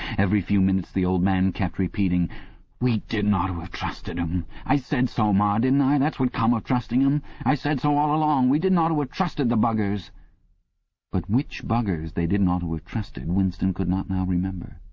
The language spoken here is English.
every few minutes the old man kept repeating we didn't ought to ave trusted em. i said so, ma, didn't i? that's what comes of trusting em. i said so all along. we didn't ought to ave trusted the buggers but which buggers they didn't ought to have trusted winston could not now remember.